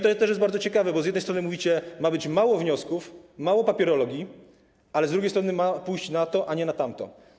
To jest też bardzo ciekawe, bo z jednej strony mówicie: ma być mało wniosków, mało papierologii, ale z drugiej strony: ma pójść na to, a nie na tamto.